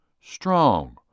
strong